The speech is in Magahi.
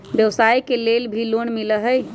व्यवसाय के लेल भी लोन मिलहई?